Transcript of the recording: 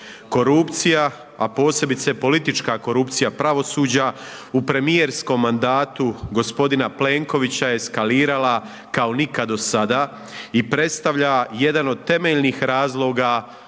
Korupcija, a posebice politička korupcija pravosuđa u premijerskom mandatu g. Plenkovića je eskalirala kao nikad do sada i predstavlja jedan od temeljnih razloga